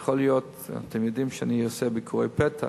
אתם יודעים שאני עושה ביקורי פתע.